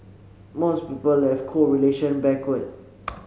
most people have correlation backward